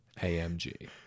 AMG